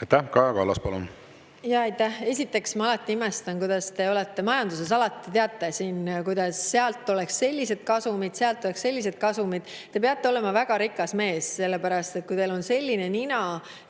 Aitäh! Kaja Kallas, palun! Aitäh! Esiteks, ma alati imestan, kuidas te olete majandusega [kursis]. Alati teate, et sealt oleks sellised kasumid, sealt oleks sellised kasumid. Te peate olema väga rikas mees, sellepärast et kui teil on selline nina